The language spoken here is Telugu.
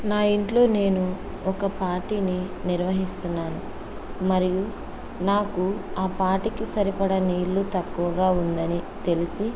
నా ఇంట్లో నేను ఒక పార్టీని నిర్వహిస్తున్నాను మరియు నాకు ఆ పార్టీకి సరిపడ నీళ్ళు తక్కువగా ఉందని తెలిసి